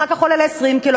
אחר כך עולה ל-20 קילו,